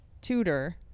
tutor